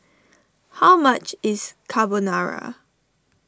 how much is Carbonara